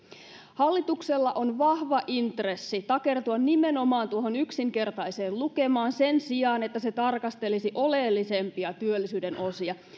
hallituksella on vahva intressi takertua nimenomaan tuohon yksinkertaiseen lukemaan sen sijaan että se tarkastelisi oleellisempia työllisyyden osia